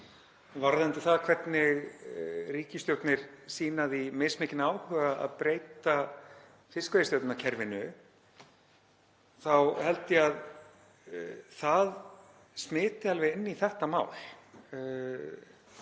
varðandi það hvernig ríkisstjórnir sýna því mismikinn áhuga að breyta fiskveiðistjórnarkerfinu þá held ég að það smiti alveg inn í þetta mál.